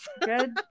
Good